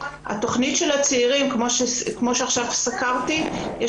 התכנית של הצעירים כמו שעכשיו סקרתי יש